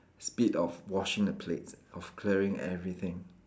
speed of washing the plates of clearing everything